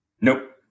Nope